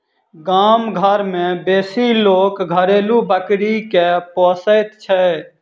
गाम घर मे बेसी लोक घरेलू बकरी के पोसैत छै